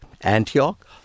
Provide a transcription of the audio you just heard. Antioch